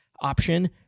option